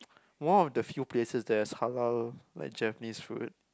one of the few places there's halal like Japanese food